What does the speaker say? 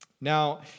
Now